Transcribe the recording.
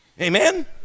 Amen